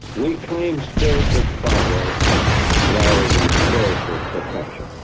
we claim spiritual progress rather than spiritual perfection.